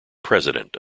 president